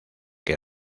que